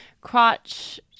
crotch